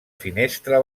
finestra